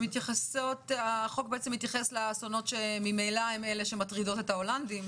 החוק מתייחס לאסונות שממילא הם מהסוג שמטריד את ההולנדים.